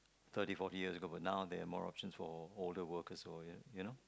thirty four years ago but now they have more options for older workers for you know